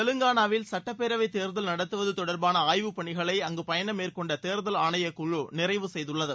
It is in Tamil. தெலங்கானாவில் சுட்டப்பேரவைத் தேர்தல் நடத்துவது தொடர்பான ஆய்வுப் பணிகளை அங்கு பயணம் மேற்கொண்ட தேர்தல் ஆணையக்குழு நிறைவு செய்துள்ளது